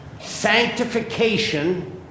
Sanctification